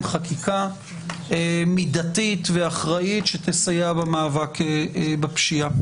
חקיקה מידתית ואחראית שתסייע במאבק בפשיעה.